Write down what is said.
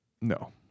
No